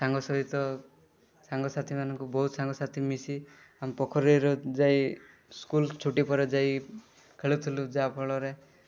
ସାଙ୍ଗ ସହିତ ସାଙ୍ଗସାଥୀମାନଙ୍କୁ ବହୁତ ସାଙ୍ଗସାଥି ମିଶି ଆମେ ପୋଖରୀରେ ଯାଇ ସ୍କୁଲ୍ ଛୁଟିପରେ ଯାଇ ଖେଳୁଥିଲୁ ଯାହାଫଳରେ